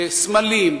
שסמלים,